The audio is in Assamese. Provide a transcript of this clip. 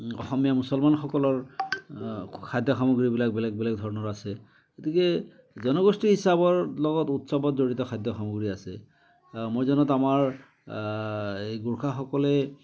অসমীয়া মুছলমানসকলৰ খাদ্য় সামগ্ৰীবিলাক বেলেগ বেলেগ ধৰণৰ আছে গতিকে জনগোষ্ঠী হিচাপৰ লগত উৎসৱত জড়িত খাদ্য় সামগ্ৰী আছে মই জনাত আমাৰ এই গোৰ্খাসকলে